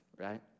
Right